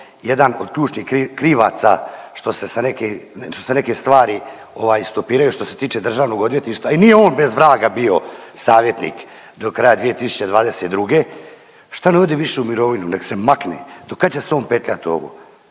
jedan od ključnih krivaca što se neke stvari stopiraju što se tiče Državnog odvjetništva i nije on bez vraga bio savjetnik do kraja 2022. Šta ne ode više u mirovinu, nek' se makne. Do kad će se on petljat u ovo?